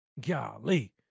Golly